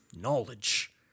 knowledge